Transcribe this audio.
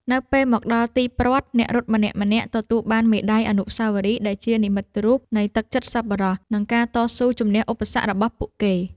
នៅពេលមកដល់ទីព្រ័ត្រ អ្នករត់ម្នាក់ៗទទួលបានមេដាយអនុស្សាវរីយ៍ ដែលជានិមិត្តរូបនៃទឹកចិត្តសប្បុរស និងការតស៊ូជម្នះឧបសគ្គរបស់ពួកគេ។